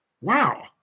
Wow